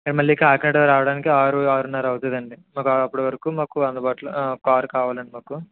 మళ్ళీ కాకినాడ రావడానికి ఆరు ఆరున్నర అవుతదండి మాకు అప్పుడు వరకు మాకు అందుబాటులో కార్ కావాలండి మాకు